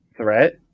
threat